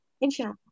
Inshallah